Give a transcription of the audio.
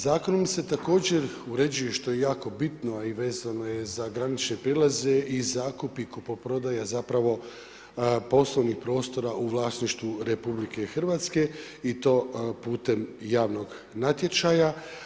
Zakonom se također uređuje što je i jako bitno i vezano je za granične prijelaze i zakupi, kupoprodaja poslovnih prostora u vlasništvu RH i to putem javnog natječaja.